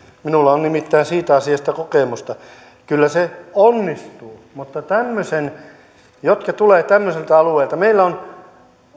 minulla on nimittäin siitä asiasta kokemusta kyllä se onnistuu mutta tämmöiset jotka tulevat tämmöiseltä alueelta meillä on